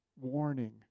warning